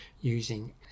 using